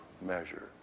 measure